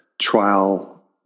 trial